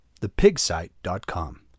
thepigsite.com